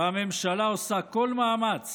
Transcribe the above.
הממשלה עושה כל מאמץ